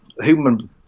Human